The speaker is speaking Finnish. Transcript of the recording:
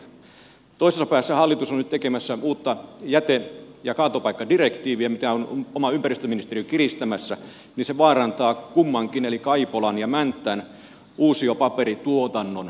toisessa päässä hallitus on nyt tekemässä uutta jäte ja kaatopaikkadirektiiviä mitä on oma ympäristöministeriö kiristämässä ja se vaarantaa kummankin eli kaipolan ja mäntän uusiopaperituotannon